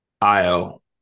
Io